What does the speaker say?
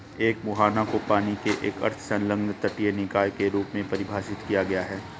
एक मुहाना को पानी के एक अर्ध संलग्न तटीय निकाय के रूप में परिभाषित किया गया है